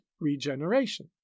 regeneration